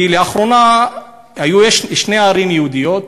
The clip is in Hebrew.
כי לאחרונה דובר על שתי ערים יהודיות